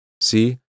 See